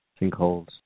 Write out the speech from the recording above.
sinkholes